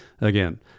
Again